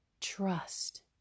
trust